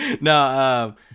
no